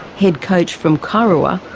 head coach from kurrawa,